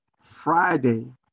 Friday